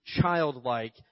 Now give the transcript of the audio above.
childlike